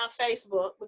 Facebook